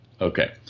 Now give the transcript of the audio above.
Okay